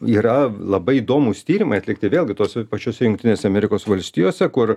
yra labai įdomūs tyrimai atlikti vėlgi tose pačiose jungtinėse amerikos valstijose kur